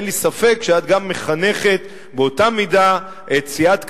אין לי ספק שאת גם מחנכת באותה מידה את סיעת קדימה,